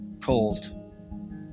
cold